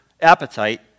appetite